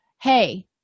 hey